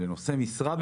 לנושא משרה.